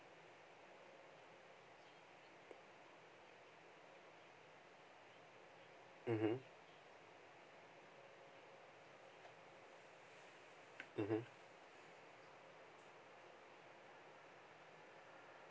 mmhmm mmhmm